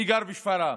אני גר בשפרעם,